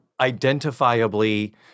identifiably